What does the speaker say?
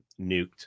nuked